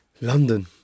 London